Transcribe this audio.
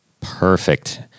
Perfect